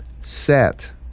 Set